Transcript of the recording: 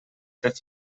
fer